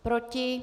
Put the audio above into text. Proti?